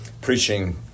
preaching